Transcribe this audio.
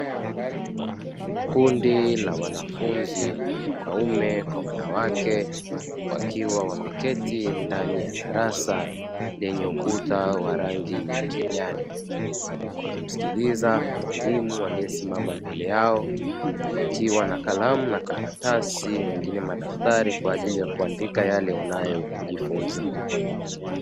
Kundi la wanafunzi wanaume kwa wanawake wakiwa wameketi ndani ya darasa lenye ukuta wa rangi ya kijani, wakimsikiliza mwalimu aliesimama mbele yao wakiwa na kalamu na karatasi wengine madaftari kwa ajili ya kuandika yale wanayojifunza.